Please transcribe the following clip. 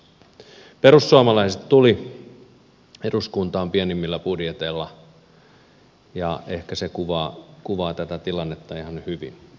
perussuomalaiset tulivat eduskuntaan pienemmillä budjeteilla ja ehkä se kuvaa tätä tilannetta ihan hyvin